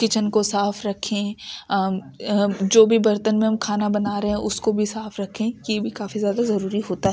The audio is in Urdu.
کچن کو صاف رکھیں جو بھی بھی برتن میں ہم کھانا بنا رہے ہیں اس کو بھی صاف رکھیں یہ بھی کافی زیادہ ضروری ہوتا